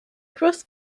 cross